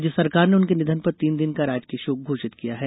राज्य सरकार ने उनके निधन पर तीन दिन का राजकीय शोक घोषित किया है